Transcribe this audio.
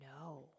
No